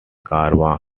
caravan